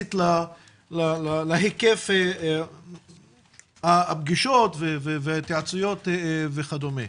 יחסית להיקף הפגישות, ההתייעצויות וכדומה.